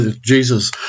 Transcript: Jesus